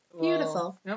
Beautiful